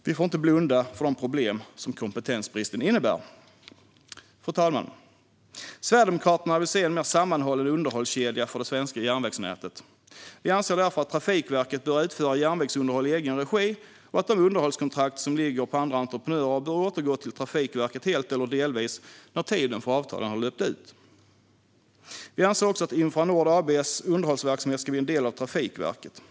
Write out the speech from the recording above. Vi får inte blunda för de problem som kompetensbristen innebär. Fru talman! Sverigedemokraterna vill se en mer sammanhållen underhållskedja för det svenska järnvägsnätet. Vi anser därför att Trafikverket bör utföra järnvägsunderhåll i egen regi och att de underhållskontrakt som ligger på andra entreprenörer bör återgå till Trafikverket helt eller delvis när tiden för avtalen har löpt ut. Vi anser också att Infranord AB:s underhållsverksamhet ska bli en del av Trafikverket.